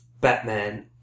Batman